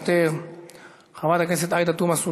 חבר הכנסת אלעזר שטרן,